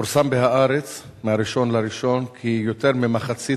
פורסם ב"הארץ" ב-1 בינואר כי יותר ממחצית